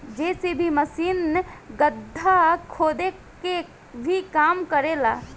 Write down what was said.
JCB machine गड्ढा खोदे के भी काम करे ला